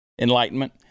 enlightenment